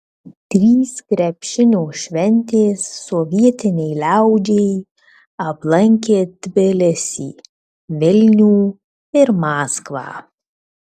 trys krepšinio šventės sovietinei liaudžiai aplankė tbilisį vilnių ir maskvą